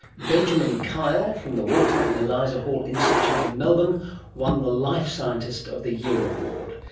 benjamin kile from the walter and eliza hall institute in melbourne won the life scientist of the year award.